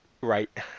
Right